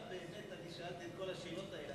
שאלתי את כל השאלות האלה.